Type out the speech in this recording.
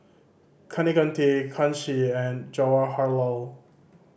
Kaneganti Kanshi and Jawaharlal